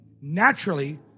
naturally